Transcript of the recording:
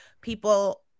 people